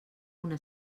una